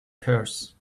purse